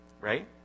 right